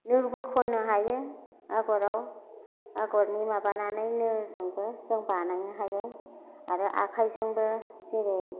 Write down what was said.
नोबो खननो हायो आगराव आगरनि माबानानै नो जोंबो जों बानायनो हायो आरो आखायजोंबो जेरै